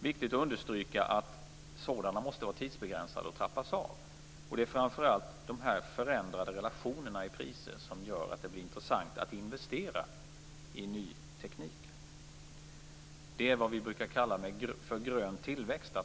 viktigt att understryka att sådana måste vara tidsbegränsade och trappas av. Det är framför allt de förändrade relationerna i priser som gör att det blir intressant att investera i ny teknik. Det är vad vi brukar kalla för grön tillväxt.